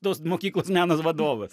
tos mokyklos meno vadovas